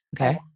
Okay